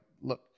look